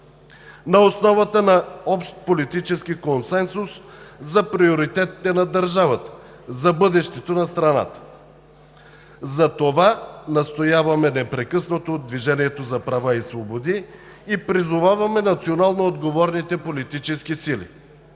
на основата на общ политически консенсус за приоритетите на държавата, за бъдещето на страната. Затова настояваме непрекъснато от „Движението за права и свободи“ и призоваваме национално отговорните политически сили.